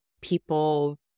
people